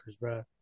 bro